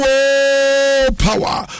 Power